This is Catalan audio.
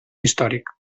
històric